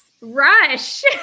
rush